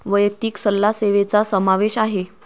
वैयक्तिक सल्ला सेवेचा समावेश आहे